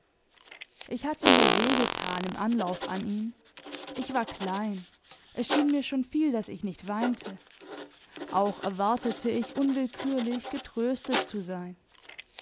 ich hatte mir weh getan im anlauf an ihn ich war klein es schien mir schon viel daß ich nicht weinte auch erwartete ich unwillkürlich getröstet zu sein